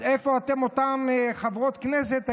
אז איפה אתן, אותן חברות הכנסת האימהות,